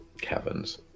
caverns